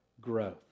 growth